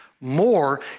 more